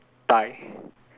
thigh